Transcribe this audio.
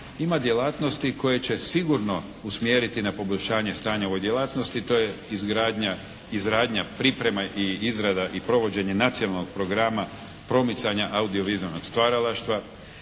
ima djelatnosti koje će sigurno usmjeriti na poboljšanje stanja u ovoj djelatnosti, to je izgradnja, izradnja, priprema i izrada i provođenje nacionalnog programa promicanja audiovizualnog stvaralaštva,